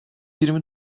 yirmi